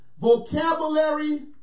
vocabulary